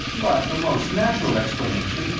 but the most natural explanation,